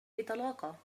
بطلاقة